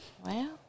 Wow